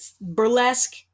burlesque